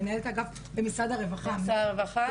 מנהלת האגף במשרד הרווחה.